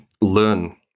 learn